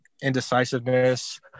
indecisiveness